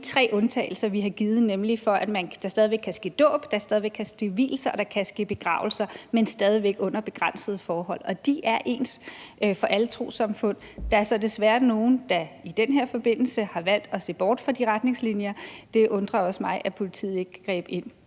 de tre undtagelser, vi har givet, nemlig for at der stadig væk kan ske dåb, der stadig væk kan ske vielser, og at der kan ske begravelser. Men stadig væk under begrænsede forhold. Og de er ens for alle trossamfund. Der er så desværre nogle, der i den her forbindelse har valgt at se bort fra de retningslinier. Det undrer også mig, at politiet ikke greb ind